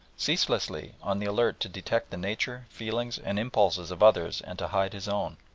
ceaselessly on the alert to detect the nature, feelings, and impulses of others and to hide his own.